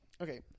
Okay